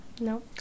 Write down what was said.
No